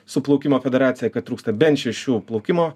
su plaukimo federacija kad trūksta bent šešių plaukimo